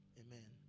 amen